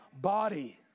body